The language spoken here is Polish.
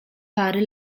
pary